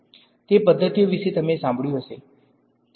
તે પદ્ધતિઓ વિશે તમે સાંભળયુ હશે